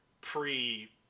pre